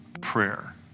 prayer